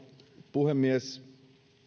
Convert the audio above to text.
puhemies